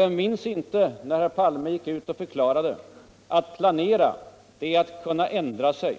Vem minns inte när herr Palme förklarade att planera är att kunna ändra sig?